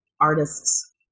artists